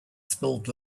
spilled